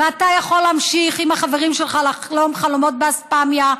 ואתה יכול להמשיך עם החברים שלך לחלום חלומות באספמיה,